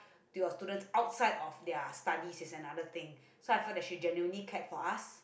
to your students outside of their studies is another thing so I felt that she genuinely cared for us